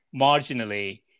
marginally